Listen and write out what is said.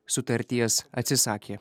sutarties atsisakė